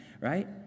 Right